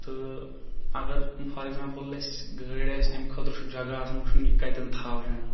تہٕ اَگر for example اَسہِ گٲڑۍ آسہِ اَمہِ خٲطرٕ چھُ جگہہ آسان وٕچھُن یہِ کَتین تھاون